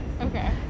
okay